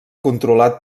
controlat